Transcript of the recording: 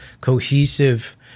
cohesive